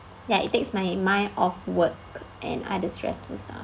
ya it takes my mind off work and other stressful stuff